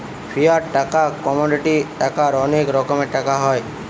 fiat টাকা, commodity টাকার অনেক রকমের টাকা হয়